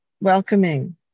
welcoming